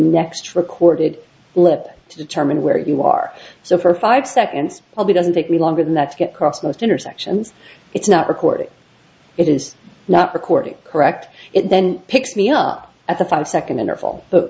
next recorded blip to determine where you are so for five seconds probably doesn't take me longer than that to get across most intersections it's not recording it is not recording correct it then picks me up at the five second interval